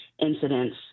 incidents